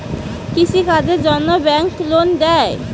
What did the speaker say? কৃষি কাজের জন্যে ব্যাংক লোন দেয়?